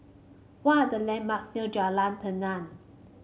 what are the landmarks near Jalan Tenang